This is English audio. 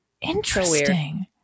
Interesting